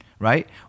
right